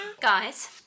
Guys